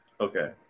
Okay